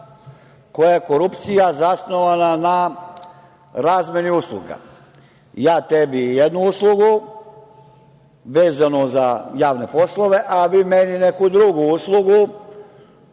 koja je korupcija zasnovana na razmeni usluga. Ja tebi jednu uslugu vezanu za javne poslove, a vi meni neku drugu uslugu